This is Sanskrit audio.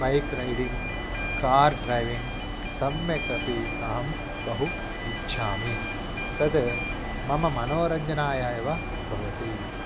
बैक् रैडिङ्ग् कार् ड्रैविङ्ग् सम्यक् अपि अहं बहु इच्छामि तद् मम मनोरञ्जनाय एव भवति